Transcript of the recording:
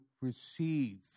receive